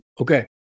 Okay